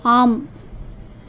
ஆம்